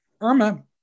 Irma